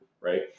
Right